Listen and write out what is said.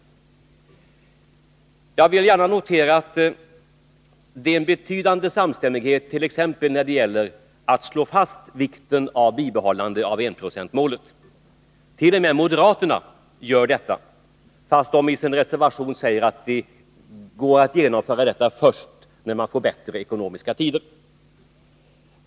Jag vill gärna notera att det är en betydande samstämmighet t.ex. när det gäller att slå fast vikten av att bibehålla enprocentsmålet. T. o. m. moderaterna gör detta, fastän de i sin reservation på denna punkt säger att det går att uppnå målet först när det blir bättre ekonomiska tider.